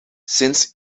since